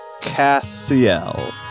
Cassiel